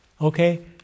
Okay